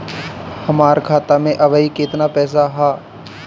हमार खाता मे अबही केतना पैसा ह?